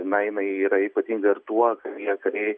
jinai jinai yra ypatinga ir tuo jog kariai